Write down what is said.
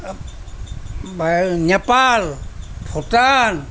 Nepal Bhutan